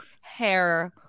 hair